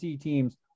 teams